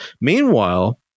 Meanwhile